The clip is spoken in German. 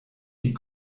die